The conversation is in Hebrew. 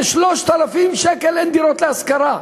ב-3,000 שקל אין דירות להשכרה.